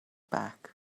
back